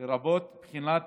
לרבות בחינת